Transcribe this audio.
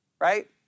right